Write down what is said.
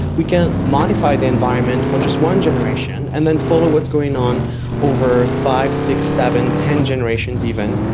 we can modify the environment for just one generation and then follow what's going on over five, six, seven, ten generations even,